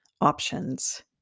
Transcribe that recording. options